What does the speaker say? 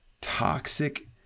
toxic